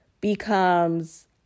becomes